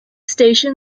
station